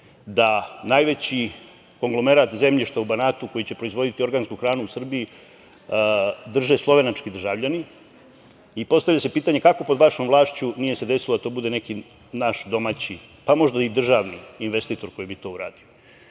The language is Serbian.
da najveći konglomerat zemljišta u Banatu koji će proizvoditi organsku hranu u Srbiji drže slovenački državljani. Postavlja se pitanje, kako pod vašom vlašću nije se desilo da to bude neki naš domaći, pa možda i državni investitor koji bi to uradio? Nisam